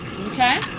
Okay